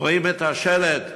רואים את השלט "חב"ד,